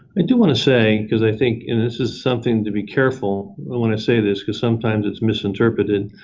i do want to say, because i think and this is something to be careful i want to say this because sometimes it's misinterpreted.